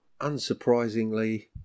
Unsurprisingly